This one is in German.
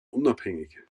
unabhängig